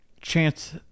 chance